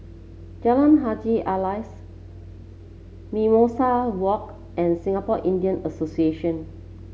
Jalan Haji Alias Mimosa Walk and Singapore Indian Association